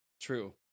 True